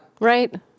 right